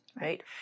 right